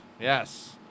Yes